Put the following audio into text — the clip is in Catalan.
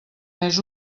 més